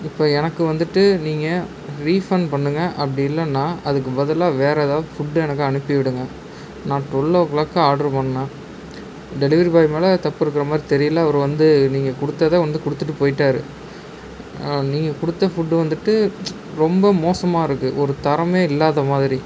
இப்போ எனக்கு வந்துட்டு நீங்கள் ரீஃபண்ட் பண்ணுங்கள் அப்படி இல்லைனா அதுக்கு பதிலாக வேற எதாவது ஃபுட்டை எனக்கு அனுப்பி விடுங்கள் நான் டொல்லோ க்ளாக் ஆட்ரு பண்ணேன் டெலிவரி பாய் மேலே தப்பிருக்க மாதிரி தெரியலை அவர் வந்து நீங்கள் கொடுத்தத வந்து கொடுத்துட்டு போய்ட்டாரு நீங்கள் கொடுத்த ஃபுட்டு வந்துட்டு ரொம்ப மோசமாக இருக்குது ஒரு தரமே இல்லாத மாதிரி